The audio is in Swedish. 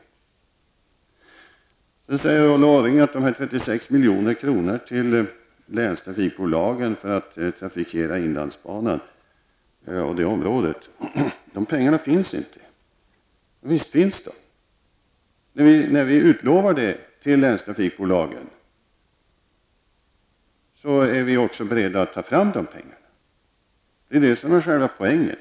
Ulla Orring säger vidare att de 36 milj.kr. till länstrafikbolagen för att trafikera inlandsbanan inte finns. Men visst finns de? När vi utlovar dessa pengar till länstrafikbolagen är vi också beredda att ta fram pengarna. Det är det som är själva poängen.